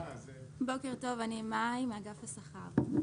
לא רק זה אלא המשרד לא שלח את הפקידים.